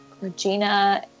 Regina